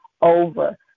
over